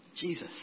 Jesus